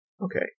Okay